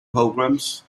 programs